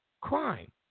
crime